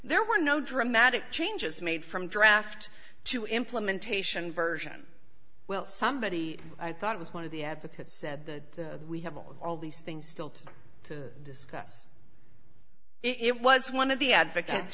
there were no dramatic changes made from draft to implementation version well somebody i thought was one of the advocates said the we have all these things still to to discuss it was one of the advocates